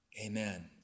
amen